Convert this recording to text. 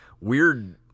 weird